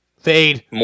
fade